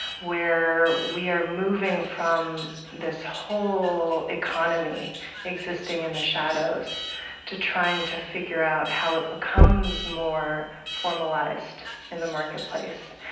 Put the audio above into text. where we are moving from this whole economy existing in the shadows to trying to figure out how it becomes more formalized in the marketplace.